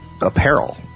apparel